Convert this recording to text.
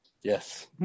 yes